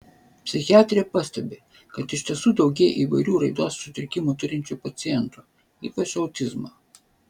psichiatrė pastebi kad iš tiesų daugėja įvairių raidos sutrikimų turinčių pacientų ypač autizmo